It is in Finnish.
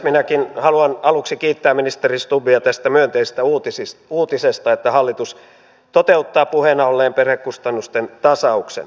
minäkin haluan aluksi kiittää ministeri stubbia tästä myönteisestä uutisesta että hallitus toteuttaa puheena olleen perhekustannusten tasauksen